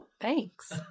Thanks